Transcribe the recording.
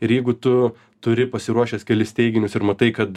ir jeigu tu turi pasiruošęs kelis teiginius ir matai kad